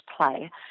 play